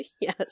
Yes